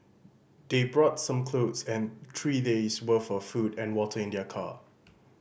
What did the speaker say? they brought some clothes and three days' worth of food and water in their car